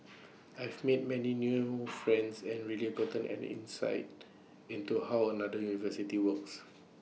I've made many new friends and really gotten an insight into how another university works